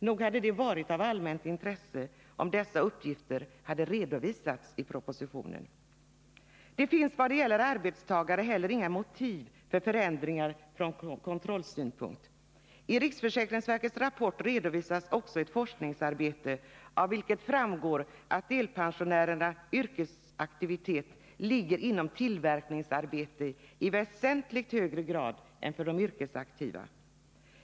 Nog hade det varit av allmänt intresse, om dessa uppgifter hade redovisats i propositionen. Det finns vad gäller arbetstagare heller inga motiv till förändringar från kontrollsynpunkt. I riksförsäkringsverkets rapport redovisas också ett forskningsarbete av vilket framgår att delpensionärernas yrkesaktivitet i väsentligt högre grad än för de yrkesaktiva ligger inom tillverkningsindustrin.